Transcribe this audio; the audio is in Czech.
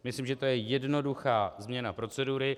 Myslím, že je to jednoduchá změna procedury.